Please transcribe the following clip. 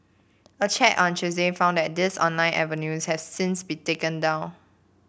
a check on Tuesday found that these online avenues have since been taken down